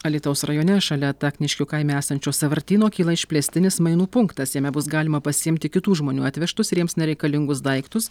alytaus rajone šalia takniškių kaime esančio sąvartyno kyla išplėstinis mainų punktas jame bus galima pasiimti kitų žmonių atvežtus ir jiems nereikalingus daiktus